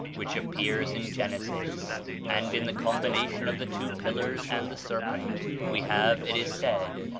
which appears in genesis and in the combination of the two pillars and the serpent we have, it is said,